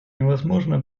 невозможно